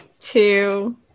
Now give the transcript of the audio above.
Two